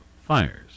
fires